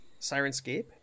Sirenscape